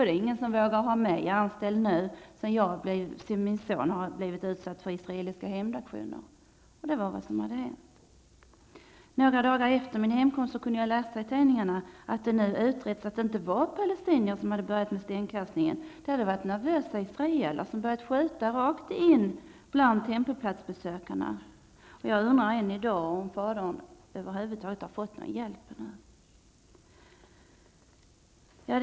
Det är ingen som vågar ha mig anställd, eftersom jag har en son som har blivit utsatt för israeliska hämndaktioner. Det var vad som hade hänt. Några dagar efter min hemkomst kunde jag läsa i tidningarna att det nu utretts att det inte varit palestinier som börjat med stenkastning. Det hade varit nervösa israeler som börjat skjuta rakt in bland tempelplatsbesökarna. Jag undrar än i dag om fadern över huvud taget har fått någon hjälp ännu.